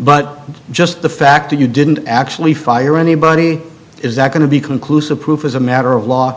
but just the fact that you didn't actually fire anybody is that going to be conclusive proof as a matter of law